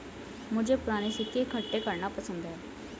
मुझे पूराने सिक्के इकट्ठे करना पसंद है